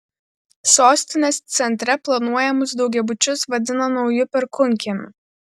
sostinės centre planuojamus daugiabučius vadina nauju perkūnkiemiu